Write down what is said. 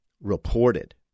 reported